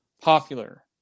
popular